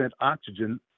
oxygen